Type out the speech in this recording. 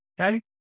Okay